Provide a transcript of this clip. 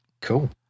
Cool